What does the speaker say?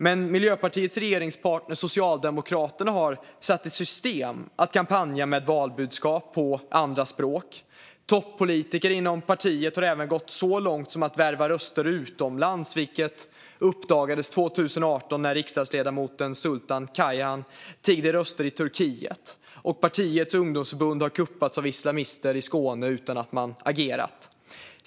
Men Miljöpartiets regeringspartner Socialdemokraterna har satt i system att kampanja med valbudskap på andra språk. Toppolitiker inom partiet har även gått så långt som att värva röster utomlands, vilket uppdagades 2018 när riksdagsledamoten Sultan Kayhan tiggde röster i Turkiet, och partiets ungdomsförbund har kuppats av islamister i Skåne utan att man agerat.